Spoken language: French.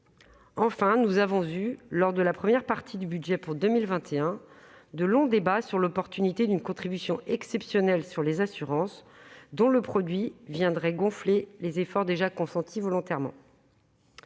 lors de l'examen de la première partie du budget pour 2021, de longs débats sur l'opportunité d'une contribution exceptionnelle sur les assurances, dont le produit viendrait gonfler les efforts déjà consentis volontairement.